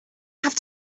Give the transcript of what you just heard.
have